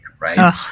right